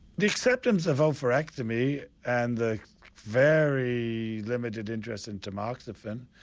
the acceptance of ovarectomy and the very limited interest in tamoxifen,